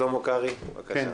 שלמה קרעי, בבקשה.